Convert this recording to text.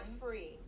free